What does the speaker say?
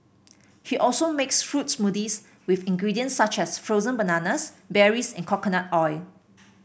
he also makes fruit smoothies with ingredients such as frozen bananas berries and coconut oil